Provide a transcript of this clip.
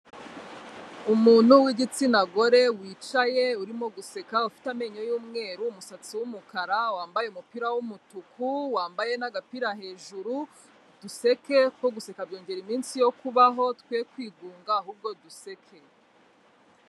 Umuntu w'igitsina gore wicaye urimo guseka ufite amenyo y'umweru, umusatsi w'umukara wambaye umupira w'umutuku, wambaye n'agapira hejuru, duseke kuko guseka byongera iminsi yo kubaho twe kwigunga ahubwo duseke.